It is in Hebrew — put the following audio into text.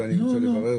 אני רוצה לברר.